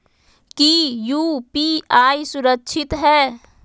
की यू.पी.आई सुरक्षित है?